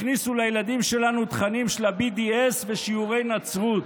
הכניסו לילדים שלנו תכנים של ה-BDS ושיעורי נצרות.